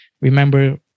Remember